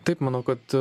taip manau kad